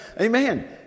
Amen